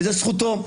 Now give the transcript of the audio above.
וזאת זכותו.